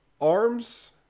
ARMS